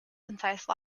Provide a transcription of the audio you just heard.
concise